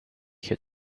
had